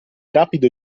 rapido